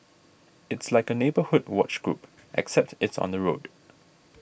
it's like a neighbourhood watch group except it's on the road